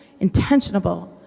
intentionable